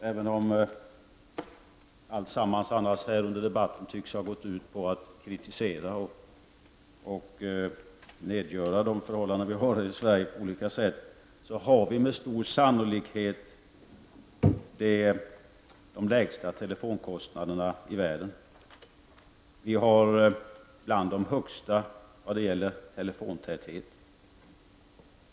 Även om det mesta i denna debatt tycks ha gått ut på att på olika sätt kritisera och nedgöra de förhållanden som råder i Sverige, har vi med stor sannolikhet de lägsta telefonkostnaderna i världen. Vi har bland de högsta siffrorna när det gäller telefontäthet.